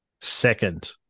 second